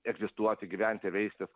egzistuoti gyventi veistis